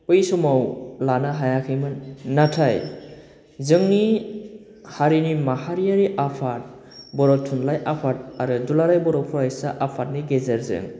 बै समाव लानो हायाखैमोन नाथाय जोंनि हारिनि माहायारि आफाद बर' थुनलाइ आफाद आरो दुलाराय बर' फरायसा आफाद गेजेरजों